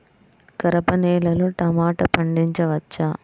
గరపనేలలో టమాటా పండించవచ్చా?